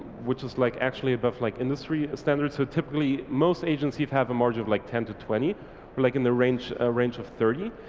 which is like actually above like industry standard. so typically most agencies have a margin like ten to twenty, we're like in the range ah range of thirty.